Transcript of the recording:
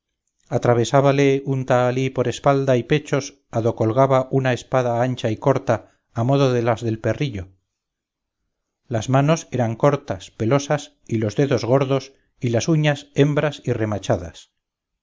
falda atravesábale un tahalí por espalda y pechos a do colgaba una espada ancha y corta a modo de las del perrillo las manos eran cortas pelosas y los dedos gordos y las uñas hembras y remachadas